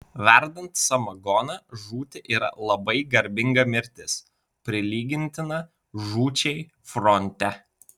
verdant samagoną žūti yra labai garbinga mirtis prilygintina žūčiai fronte